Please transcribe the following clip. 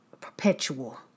perpetual